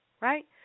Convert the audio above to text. right